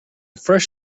fresh